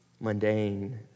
mundane